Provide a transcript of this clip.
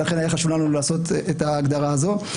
ולכן היה חשוב לנו לעשות את ההגדרה הזאת.